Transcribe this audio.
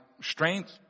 strength